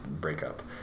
breakup